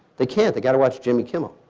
they can't. they got to watch jimmy kimmel.